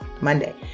Monday